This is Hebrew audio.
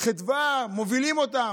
חדווה מובילים אותם,